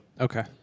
Okay